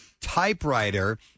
typewriter